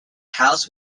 house